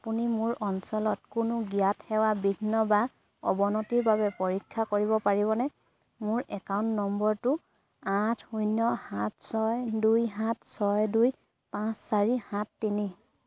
আপুনি মোৰ অঞ্চলত কোনো জ্ঞাত সেৱা বিঘ্ন বা অৱনতিৰ বাবে পৰীক্ষা কৰিব পাৰিবনে মোৰ একাউণ্ট নম্বৰটো আঠ শূন্য সাত ছয় দুই সাত ছয় দুই পাঁচ চাৰি সাত তিনি